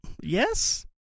Yes